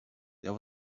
there